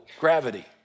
gravity